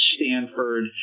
Stanford